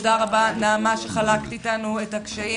תודה רבה, נעמה, שחלקת איתנו את הקשיים.